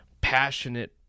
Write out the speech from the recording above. passionate